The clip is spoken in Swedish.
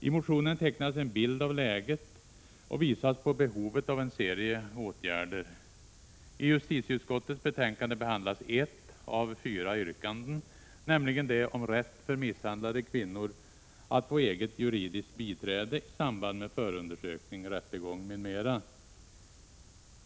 I motionen tecknas en bild av läget och visas på behovet av en serie åtgärder. I justitieutskottets betänkande behandlas ett av fyra yrkanden, nämligen det om rätt för misshandlade kvinnor att få eget juridiskt biträde i samband med förundersökning, rättegång m.m.